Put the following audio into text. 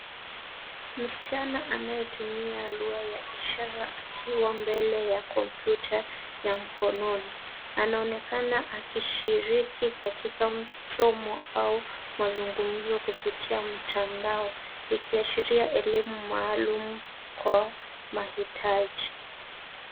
Msichana anayetumia lugha ya ishara akiwa mbele ya kompyuta ya mkononi. Anaonekana akishiriki katika somo au mazungumzo kupitia mtandao ikiashiria elimu maalum kwa mahitaji.